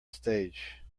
stage